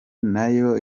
nayo